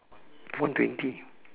one twenty